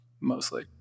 mostly